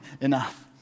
enough